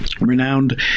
renowned